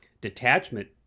detachment